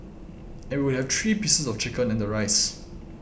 and we would have three pieces of chicken and the rice